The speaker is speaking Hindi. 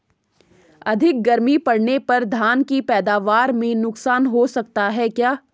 अधिक गर्मी पड़ने पर धान की पैदावार में नुकसान हो सकता है क्या?